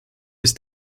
ist